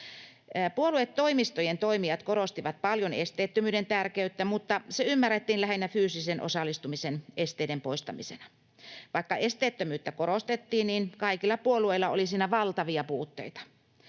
Puoluetoimistojen toimijat korostivat paljon esteettömyyden tärkeyttä, mutta se ymmärrettiin lähinnä fyysisen osallistumisen esteiden poistamisena. Vaikka esteettömyyttä korostettiin, kaikilla puolueilla oli siinä valtavia puutteita.